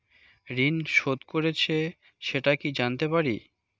ঋণ শোধ করেছে সেটা কি জানতে পারি?